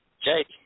Jake